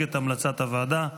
להציג את המלצת הוועדה.